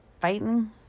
fighting